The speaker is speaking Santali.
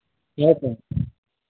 ᱦᱮᱸ ᱥᱮ